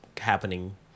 happening